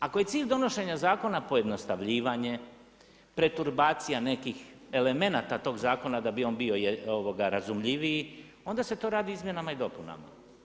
Ako je cilj donošenja zakona pojednostavljivanje, preturbacija nekih elemenata tog zakona da bi on bio razumljiviji onda se to radi izmjenama i dopunama.